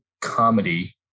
comedy